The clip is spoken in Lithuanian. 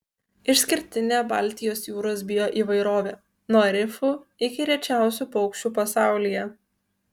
išskirtinė baltijos jūros bioįvairovė nuo rifų iki rečiausių paukščių pasaulyje